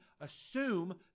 assume